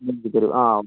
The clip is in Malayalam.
റെഡി ആക്കി തരും ആ ഓക്കെ